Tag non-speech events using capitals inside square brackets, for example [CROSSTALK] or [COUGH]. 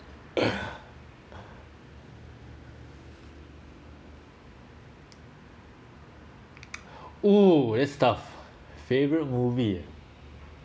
[LAUGHS] oo that’s tough favourite movie ah